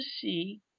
see